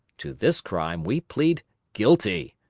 to this crime we plead guilty.